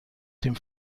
dem